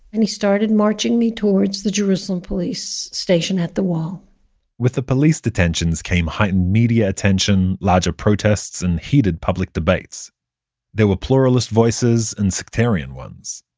and he started marching me towards the jerusalem police station at the wall with the police detentions came heightened media attention, larger protests, and heated public debates there were pluralist voices and sectarian ones.